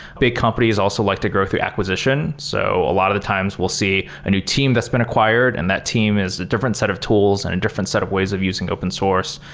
big companies also like to grow through acquisition. so a lot of times we'll see a new team that's been acquired, and that team has a different set of tools and a different set of ways of using open source.